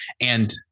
And-